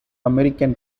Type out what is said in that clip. american